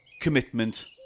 commitment